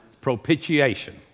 propitiation